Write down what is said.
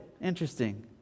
Interesting